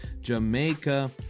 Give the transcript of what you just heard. Jamaica